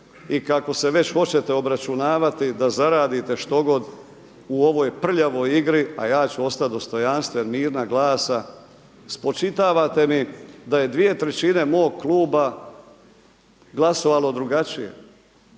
i kako se već hoćete obračunavati da zaradite štogod u ovoj prljavoj igri, a ja ću ostati dostojanstven mirna glasa spočitavate mi da je 2/3 mog kluba glasovalo drugačije.